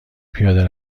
پیاده